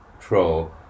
troll